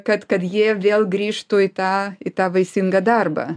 kad kad jie vėl grįžtų į tą į tą vaisingą darbą